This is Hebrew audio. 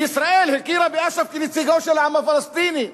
וישראל הכירה באש"ף כנציגו של העם הפלסטיני.